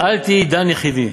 אל תהי דן יחידי,